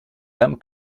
dame